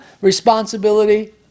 responsibility